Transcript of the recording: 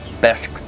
Best